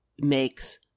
makes